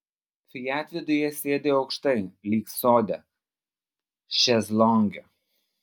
fiat viduje sėdi aukštai lyg sode šezlonge